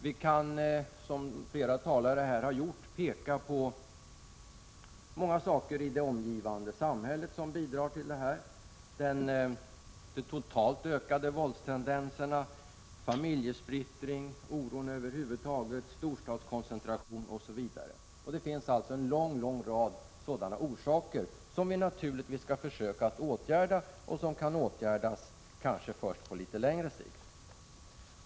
Vi kan, som flera talare har gjort, peka på många företeelser i det omgivande samhället som bidrar till detta, t.ex. de totalt sett ökade våldstendenserna, familjesplittringen, oron över huvud taget, storstadskoncentrationen osv. Det finns en lång rad sådana orsaker, som vi naturligtvis skall försöka att åtgärda, men som kan åtgärdas kanske först på litet längre sikt.